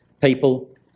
people